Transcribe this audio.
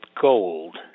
gold